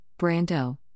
Brando